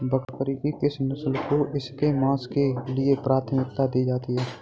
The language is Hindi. बकरी की किस नस्ल को इसके मांस के लिए प्राथमिकता दी जाती है?